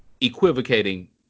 equivocating